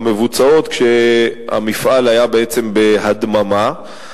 המבוצעות כשהמפעל בעצם בהדממה.